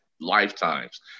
lifetimes